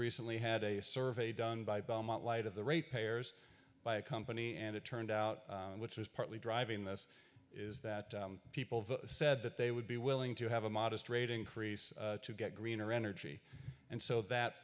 recently had a survey done by belmont light of the rate payers by a company and it turned out which was partly driving this is that people said that they would be willing to have a modest rate increase to get greener energy and so that